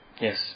Yes